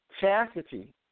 Chastity